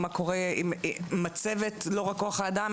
מה קורה עם מצבת לא רק כוח האדם,